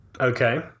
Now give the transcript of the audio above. Okay